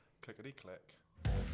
Clickety-click